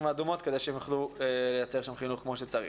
האדומות כדי שהן יוכלו לייצר שם חינוך כמו שצריך.